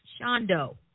Shondo